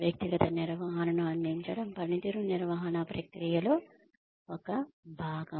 వ్యక్తిగత నిర్వహణను అందించడం పనితీరు నిర్వహణ ప్రక్రియలో భాగం